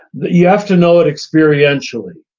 you have to know it experientially.